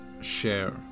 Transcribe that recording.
share